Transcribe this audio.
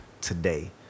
today